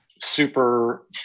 super